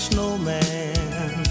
Snowman